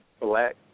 Black